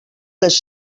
les